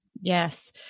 Yes